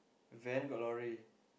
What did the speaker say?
van got lorry